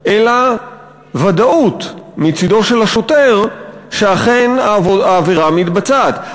אלא ודאות מצדו של השוטר שאכן העבירה מתבצעת.